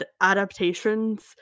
adaptations